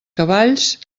cavalls